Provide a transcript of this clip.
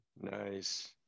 Nice